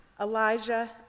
Elijah